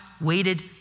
waited